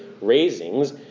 raisings